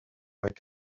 avec